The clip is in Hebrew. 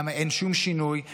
למה אין שום שינוי,